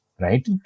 right